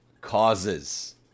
causes